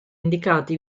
indicati